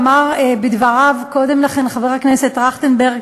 אמר קודם לכן חבר הכנסת טרכטנברג,